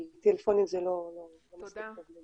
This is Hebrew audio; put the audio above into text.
טלפונים זה לא מספיק טוב.